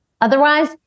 Otherwise